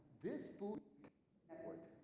this food network,